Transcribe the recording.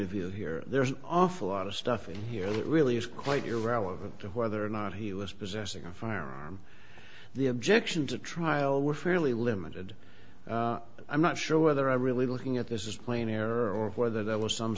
of view here there's an awful lot of stuff in here that really is quite irrelevant to whether or not he was possessing a firearm the objections of trial were fairly limited i'm not sure whether i'm really looking at this is plain error or whether there was some